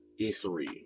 E3